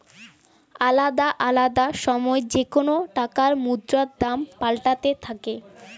আলদা আলদা সময় যেকোন টাকার মুদ্রার দাম পাল্টাতে থাকে